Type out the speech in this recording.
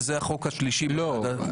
וזה החוק השלישי --- לא,